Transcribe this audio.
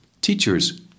Teachers